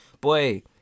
Boy